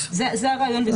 זה הרעיון.